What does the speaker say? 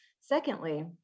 Secondly